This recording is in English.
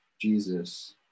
Jesus